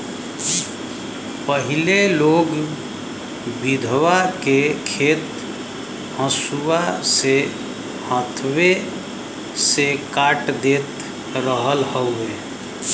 पहिले लोग बीघहा के खेत हंसुआ से हाथवे से काट देत रहल हवे